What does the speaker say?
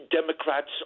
Democrats